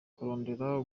kurondera